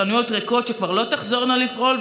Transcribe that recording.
חנויות ריקות שכבר לא תחזורנה לפעול,